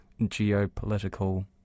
geopolitical